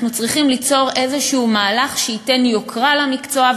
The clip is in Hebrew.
צריכים ליצור איזשהו מהלך שייתן יוקרה למקצוע,